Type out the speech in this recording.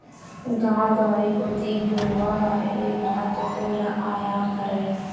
गाँव गंवई कोती घुरूवा ह एक महत्वपूर्न आयाम हरय